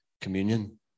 communion